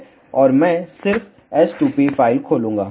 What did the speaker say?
और मैं सिर्फ s2p फ़ाइल खोलूँगा हाँ